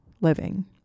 living